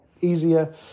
easier